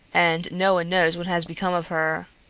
and no one knows what has become of her.